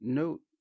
note